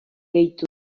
gehitu